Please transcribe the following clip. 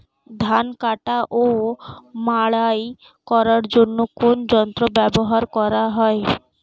ধান কাটা ও মাড়াই করার জন্য কোন যন্ত্র ব্যবহার করা হয়?